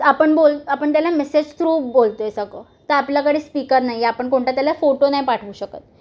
आपण बोल आपण त्याला मेसेज थ्रू बोलतो आहे सगळं तर आपल्याकडे स्पीकर नाही आपण कोणता त्याला फोटो नाही पाठवू शकत